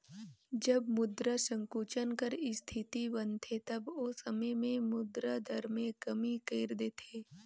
जब मुद्रा संकुचन कर इस्थिति बनथे तब ओ समे में मुद्रा दर में कमी कइर देथे